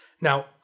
Now